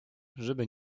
żeby